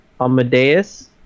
Amadeus